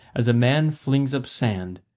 as a man flings up sand,